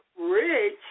rich